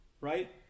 Right